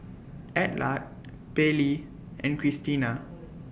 Adelard Pairlee and Christina